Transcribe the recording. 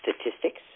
statistics